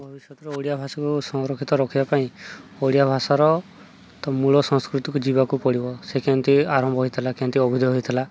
ଭବିଷ୍ୟତରେ ଓଡ଼ିଆ ଭାଷାକୁ ସଂରକ୍ଷିତ ରଖିବା ପାଇଁ ଓଡ଼ିଆ ଭାଷାର ତ ମୂଳ ସଂସ୍କୃତିକୁ ଯିବାକୁ ପଡ଼ିବ ସେ କେମିତି ଆରମ୍ଭ ହୋଇଇଥିଲା କେମିତି ଅଭିଧୟ ହେଇଥିଲା